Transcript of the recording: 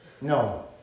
No